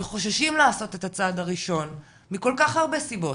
וחוששים לעשות את הצעד הראשון, מכל כך הרבה סיבות,